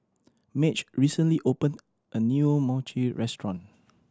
Madge recently opened a new Mochi restaurant